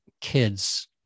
kids